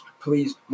please